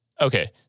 okay